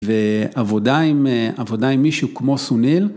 ועבודה עם מישהו כמו סוניל.